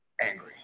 angry